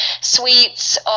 sweets